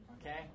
okay